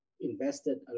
invested